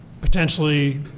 Potentially